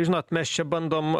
žinot mes čia bandom